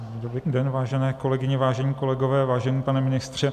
Dobrý den, vážené kolegyně, vážení kolegové, vážený pane ministře.